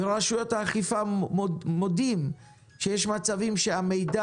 וברשויות האכיפה מודים שיש מצבים שהמידע